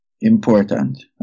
Important